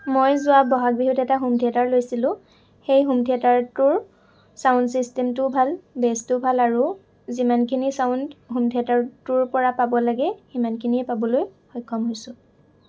মই যোৱা বহাগ বিহুত এটা হোম থিয়েটাৰ লৈছিলোঁ সেই হোম থিয়েটাৰটোৰ ছাউণ্ড ছিষ্টেমটো ভাল বেছটো ভাল আৰু যিমানখিনি ছাউণ্ড হোম থিয়েটাৰটোৰপৰা পাব লাগে সিমানখিনিয়ে পাবলৈ সক্ষম হৈছোঁ